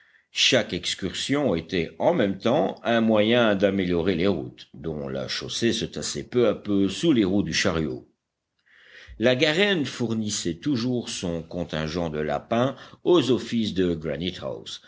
chaque excursion était en même temps un moyen d'améliorer les routes dont la chaussée se tassait peu à peu sous les roues du chariot la garenne fournissait toujours son contingent de lapins aux offices de